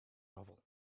novel